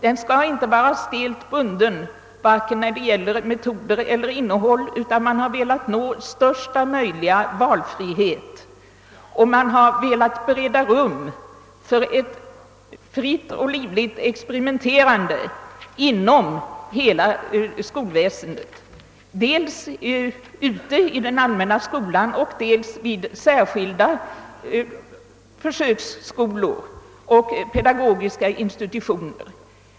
Den skall inte vara stelt bunden varé sig när det gäller metoder eller innehåll, utan man har velat åstadkomma största möjliga valfrihet. Man har velat bereda rum för ett fritt och livligt experimenterande inom hela skolväsendet, dels i den allmänna skolan och dels vid särskilda försöksskolor och pedagogiska institutioner.